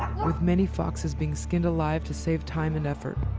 with many foxes being skinned alive to save time and effort.